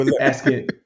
asking